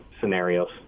scenarios